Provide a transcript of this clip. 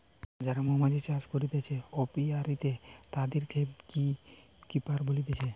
যারা মৌমাছি চাষ করতিছে অপিয়ারীতে, তাদিরকে বী কিপার বলতিছে